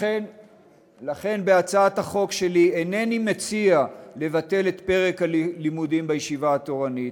לכן בהצעת החוק שלי אינני מציע לבטל את פרק הלימודים בישיבה התורנית,